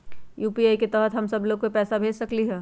UPI के तहद हम सब लोग को पैसा भेज सकली ह?